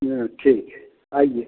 जी हाँ ठीक है आइए